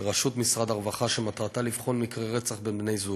בראשות משרד הרווחה שמטרתה לבחון מקרי רצח של בני-זוג.